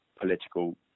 political